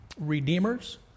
redeemers